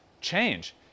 change